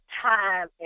time